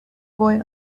boy